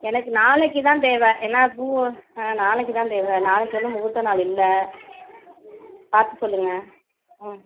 எனக்கு நாளைக்கு தான் தேவை ஏன்னா பூ ஆ நாளைக்கு தான் தேவை நாளைக்கு வந்து முகூர்த்த நாள் இல்லை பார்த்து சொல்லுங்கள் ம்